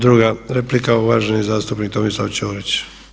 Druga replika uvaženi zastupnik Tomislav Ćorić.